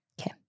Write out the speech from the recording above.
Okay